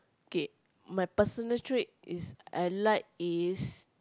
K my personal trait is I like is